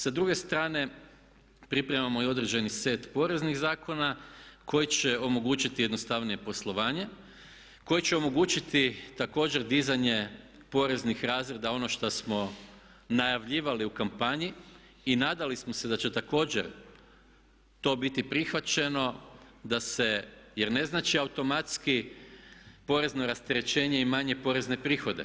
Sa druge strane pripremamo i određeni set poreznih zakona koji će omogućiti jednostavnije poslovanje, koje će omogućiti također dizanje poreznih razreda ono šta smo najavljivali u kampanji i nadali smo se da će također to biti prihvaćeno da se, jer ne znači automatski porezno rasterećenje i manje porezne prihode.